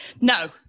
No